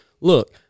look